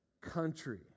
country